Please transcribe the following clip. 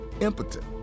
impotent